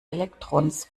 elektrons